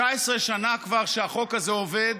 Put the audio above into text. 19 שנה כבר החוק הזה עובד,